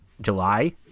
July